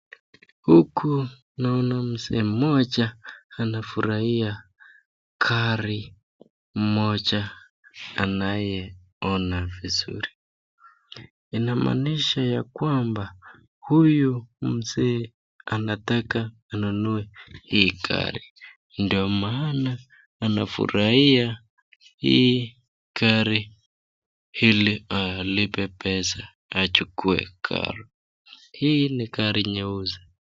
Huku naona mzee mmoja anafurahia gari moja linalool onekan vizuri. Inamaanisha ya kwamba huyu mzee anataka anunue hii gari ndio maana anafurahia hii gari hili alipe pesa achukue gari. Hii ni gari nyeusi.